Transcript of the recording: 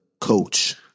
coach